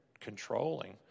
controlling